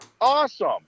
Awesome